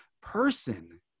person